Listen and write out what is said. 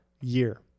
year